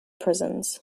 prisons